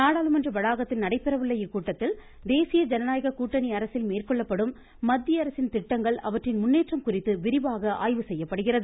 நாடாளுமன்ற வளாகத்தில் நடைபெற உள்ள இக்கூட்டத்தில் தேசிய ஜனநாயக கூட்டணி அரசில் மேற்கொள்ளப்படும் மத்திய அரசின் திட்டங்கள் அவற்றின் முன்னேற்றம் குறித்து விரிவாக ஆய்வு செய்யப்படுகிறது